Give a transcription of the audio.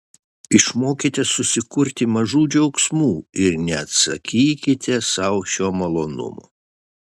išmokite susikurti mažų džiaugsmų ir neatsakykite sau šio malonumo